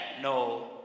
no